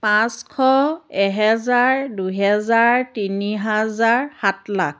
পাঁচশ এহেজাৰ দুহেজাৰ তিনি হাজাৰ সাত লাখ